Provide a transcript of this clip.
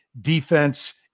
defense